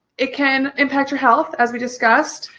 it can impact your health as we discussed,